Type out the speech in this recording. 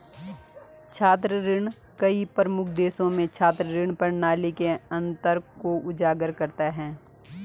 छात्र ऋण कई प्रमुख देशों में छात्र ऋण प्रणाली के अंतर को उजागर करता है